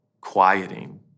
quieting